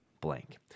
blank